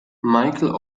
michael